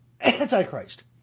Antichrist